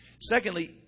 Secondly